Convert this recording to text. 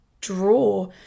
draw